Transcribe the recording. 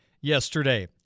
yesterday